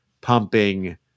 pumping